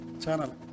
channel